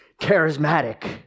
charismatic